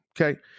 Okay